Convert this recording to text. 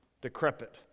decrepit